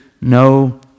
no